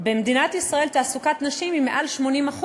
במדינת ישראל תעסוקת נשים היא מעל 80%,